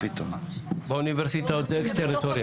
באוניברסיטאות זה אקס-טריטוריה.